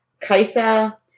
Kaisa